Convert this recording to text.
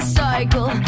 cycle